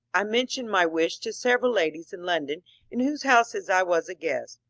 i mentioned my wish to several ladies in london in whose houses i was a guest,